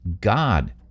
God